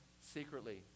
secretly